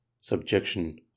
Subjection